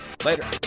Later